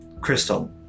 crystal